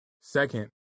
Second